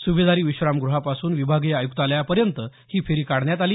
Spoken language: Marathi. सुभेदारी विश्रामगृहापासून विभागीय आयुक्तालयापर्यंत ही फेरी काढण्यात आली